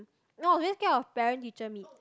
no very scared of parent teacher meet